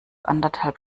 anderthalb